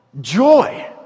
joy